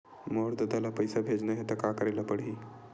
मोर ददा ल पईसा भेजना हे त का करे ल पड़हि?